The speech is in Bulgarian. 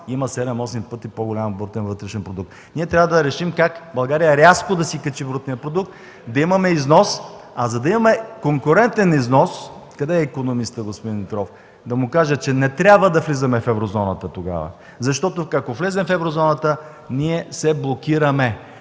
има 7 – 8 пъти по-голям вътрешен продукт. Ние трябва да решим как рязко България да си качи брутния вътрешен продукт, да имаме износ, да имаме конкурентен износ. Къде е икономистът господин Димитров, за да му кажа, че не трябва да влизаме в Еврозоната тогава? Ако влезем в Еврозоната ние се блоки-ра-ме.